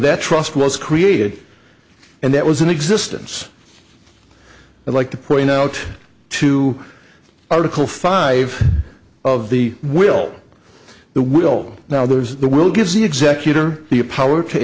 that trust was created and that was in existence i'd like to point out to article five of the will the will now there's the will gives the executor the power to